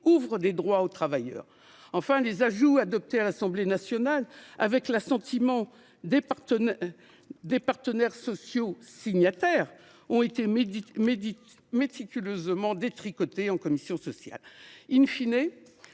ouvrent des droits aux travailleurs. Enfin, les ajouts adoptés par l’Assemblée nationale, avec l’assentiment des partenaires sociaux signataires, ont été méticuleusement détricotés par notre commission des